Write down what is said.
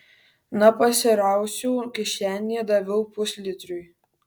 na pasirausiau kišenėje daviau puslitriui